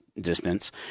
distance